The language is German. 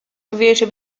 gewählte